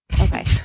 Okay